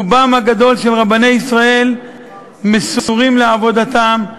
רובם הגדול של רבני ישראל מסורים לעבודתם,